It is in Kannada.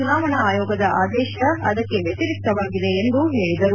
ಚುನಾವಣಾ ಆಯೋಗದ ಆದೇಶ ಅದಕ್ಕೆ ವ್ಯತಿರಿಕ್ತವಾಗಿದೆ ಎಂದು ಹೇಳಿದರು